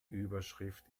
überschrift